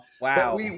wow